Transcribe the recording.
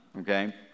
okay